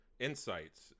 insights